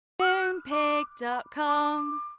MoonPig.com